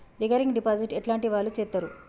Recurring deposit ఎట్లాంటి వాళ్లు చేత్తరు?